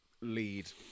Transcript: lead